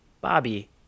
Bobby